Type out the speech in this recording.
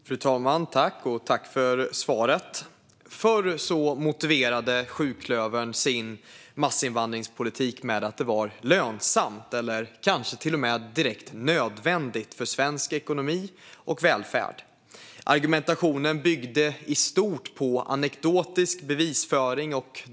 Fru talman! Tack för svaret! Förr motiverade sjuklövern sin massinvandringspolitik med att det var lönsamt eller kanske till och med direkt nödvändigt för svensk ekonomi och välfärd. Argumentationen byggde i stort på anekdotisk bevisföring.